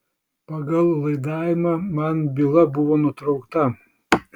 pagal laidavimą man byla buvo nutraukta